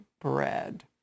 bread